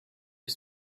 was